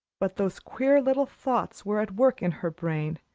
but those queer little thoughts were at work in her brain,